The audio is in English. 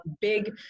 big